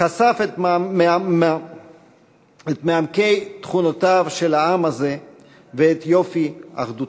חשף את מעמקי תכונותיו של העם הזה ואת יפי אחדותו.